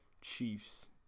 chiefs